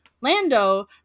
Lando